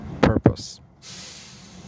purpose